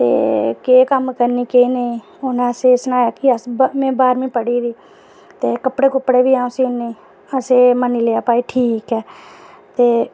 ते केह् कम्म करनी केह् नेईं ते उ'न्ने असेंगी सनाया कि में बाह्रमीं पढ़ी दी ते कपड़े बी अ'ऊं सीन्नी असें मन्नी लेआ कि भई ठीक ऐ